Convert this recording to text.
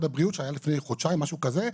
הבריאות שהייתה לפני חודשיים או משהו כזה,